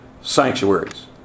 sanctuaries